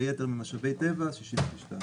למעשה כל עוד לא מוגש הדוח השנתי בגין ההיטל,